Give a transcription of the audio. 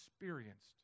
experienced